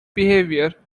behavior